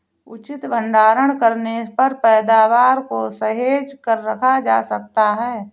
उचित भंडारण करने पर पैदावार को सहेज कर रखा जा सकता है